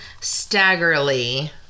Staggerly